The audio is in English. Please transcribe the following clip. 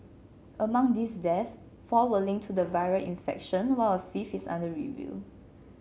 among these deaths four were linked to the viral infection while a fifth is under review